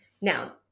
Now